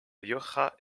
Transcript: rioja